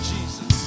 Jesus